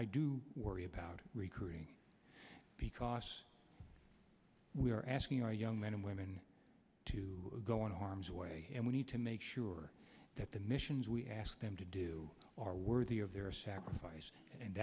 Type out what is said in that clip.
i do worry about recruiting because we're asking our young men and women to go in harm's way and we need to make sure that the missions we ask them to do are worthy of their sacrifice and